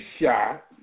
shot